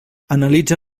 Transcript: analitza